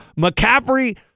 McCaffrey